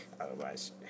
otherwise